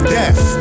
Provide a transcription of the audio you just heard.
death